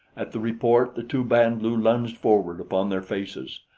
at the report, the two band-lu lunged forward upon their faces.